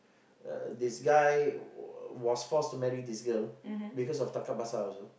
uh this guy was forced to marry this girl because of tangkap basah also